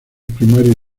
primarios